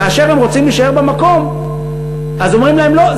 כאשר הם רוצים להישאר במקום אומרים להם: לא,